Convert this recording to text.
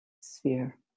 sphere